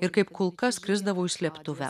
ir kaip kulka skrisdavau į slėptuvę